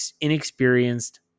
inexperienced